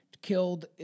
killed